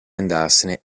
andarsene